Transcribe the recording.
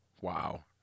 wow